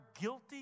guilty